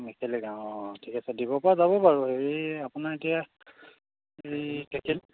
মেখেলি গাঁও অঁ ঠিক আছে দিব পৰা যাব বাৰু হেৰি আপোনাৰ এতিয়া এই টেকেলী